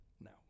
no